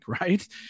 right